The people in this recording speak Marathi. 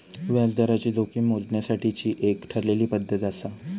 व्याजदराची जोखीम मोजण्यासाठीची एक ठरलेली पद्धत आसा